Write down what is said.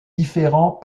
différents